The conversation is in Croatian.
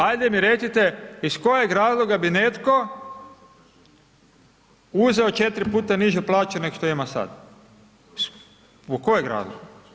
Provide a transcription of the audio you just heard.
Ajde mi recite, iz kojeg razloga bi netko uzeo 4 puta nižu plaću neg što ima sad, zbog kojeg razloga?